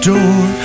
Door